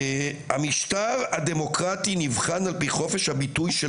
"המשטר הדמוקרטי נבחן על פי חופש הביטוי של